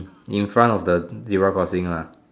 in front of the zebra crossings lah